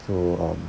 so um